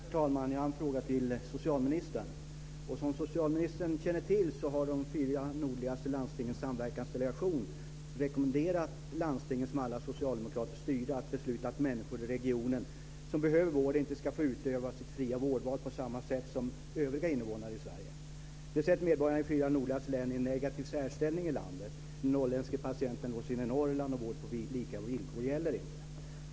Herr talman! Jag har en fråga till socialministern. Som socialministern känner till har de fyra nordligaste landstingens samverkansdelegation rekommenderat landstingen, som alla är socialdemokratiskt styrda, att besluta att människor i regionen som behöver vård inte ska få utöva sitt fria vårdval på samma sätt som övriga invånare i Sverige. Det sätter medborgarna i de fyra nordligaste länen i en negativ särställning i landet. För den norrländske patienten gäller inte vård på lika villkor.